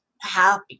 happy